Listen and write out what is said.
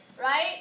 right